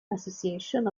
association